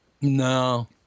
No